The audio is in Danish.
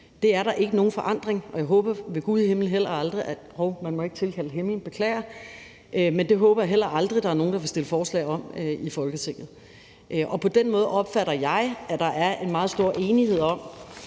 Det er der ikke nogen forandring af, og det håber jeg ved gud i himlen heller aldrig – hov, man må ikke påkalde sig himlen, beklager – at der er nogen, der vil stille forslag om i Folketinget. På den måde opfatter jeg, at der er en meget stor enighed om,